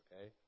okay